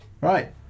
right